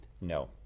No